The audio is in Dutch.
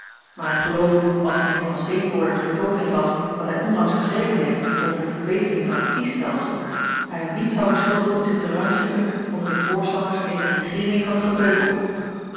maar ik geloof als mijn eer van teenvoorde het vertoog eens las dat hij onlangs geschreven heeft over de verbetering van het kiesstelsel hij hem niet zou beschuldigen zich te rangschikken onder de voorstanders eener regeering van t gepeupel